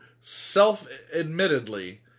self-admittedly